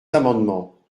amendements